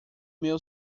meu